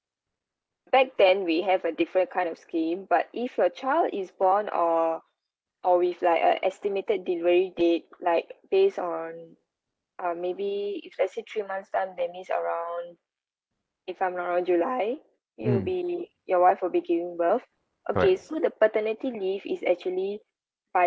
back then we have a different kind of scheme but if your child is born or or with like a estimated delivery date like based on uh maybe if let's say three months time that means around if I'm not wrong july it'll be your wife will be giving birth okay so the paternity leave is actually by